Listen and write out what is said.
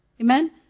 Amen